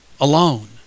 alone